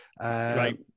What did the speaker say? right